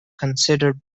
considered